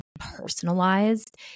personalized